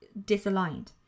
disaligned